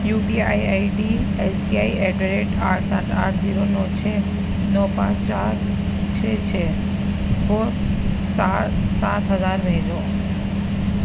you P I I D S B I at the rate آٹھ سات آٹھ zero نو چھ نو پانچ چار چھ چھ کو سات سات ہزار بھیجو